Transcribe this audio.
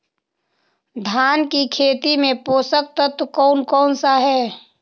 धान की खेती में पोषक तत्व कौन कौन सा है?